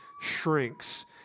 shrinks